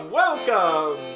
welcome